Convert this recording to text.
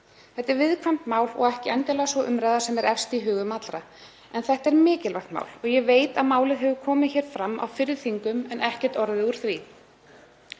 Þetta er viðkvæmt mál og ekki endilega sú umræða sem er efst í hugum allra en þetta er mikilvægt mál og ég veit að málið hefur komið hér fram á fyrri þingum en ekkert orðið úr því.